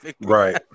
Right